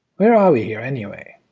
where are we here, anyway?